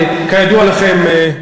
כידוע לכם,